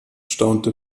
staunte